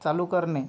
चालू करणे